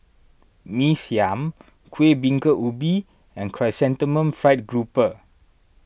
Mee Siam Kuih Bingka Ubi and Chrysanthemum Fried Grouper